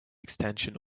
extension